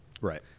Right